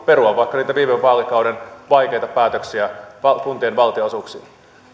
perua vaikka niitä viime vaalikauden vaikeita päätöksiä kuntien valtionosuuksista